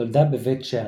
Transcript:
נולדה בבית שאן.